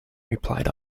replied